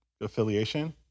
Affiliation